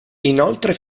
inoltre